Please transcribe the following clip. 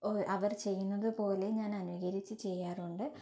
അവർ ചെയ്യുന്നത് പോലെ ഞാൻ അനുകരിച്ച് ചെയ്യാറുണ്ട്